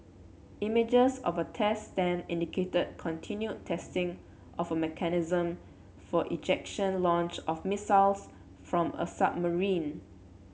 images of a test stand indicated continued testing of a mechanism for ejection launch of missiles from a submarine